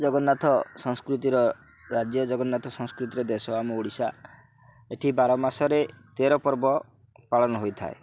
ଜଗନ୍ନାଥ ସଂସ୍କୃତିର ରାଜ୍ୟ ଜଗନ୍ନାଥ ସଂସ୍କୃତିର ଦେଶ ଆମ ଓଡ଼ିଶା ଏଠି ବାରମାସରେ ତେର ପର୍ବ ପାଳନ ହୋଇଥାଏ